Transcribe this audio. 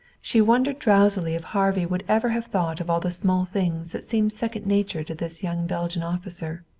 she wondered drowsily if harvey would ever have thought of all the small things that seemed second nature to this young belgian officer.